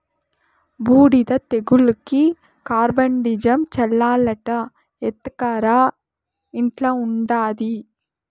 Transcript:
బూడిద తెగులుకి కార్బండిజమ్ చల్లాలట ఎత్తకరా ఇంట్ల ఉండాది